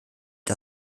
der